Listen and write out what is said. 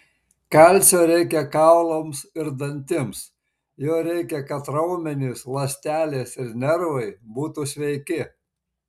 kalcio reikia kaulams ir dantims jo reikia kad raumenys ląstelės ir nervai būtų sveiki